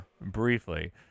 Briefly